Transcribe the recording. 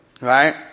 Right